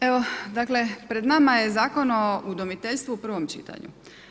Evo dakle pred nama je Zakon o udomiteljstvu u prvom čitanju.